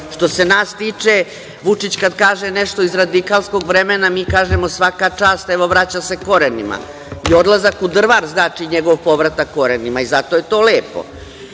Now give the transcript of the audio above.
Što se nas tiče, Vučić kada kaže nešto iz radikalskog vremena, mi kažemo svaka čast, evo vraća se korenima. I odlazak u Drvar znači njegov povratak korenima i zato je to lepo. Što